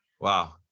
Wow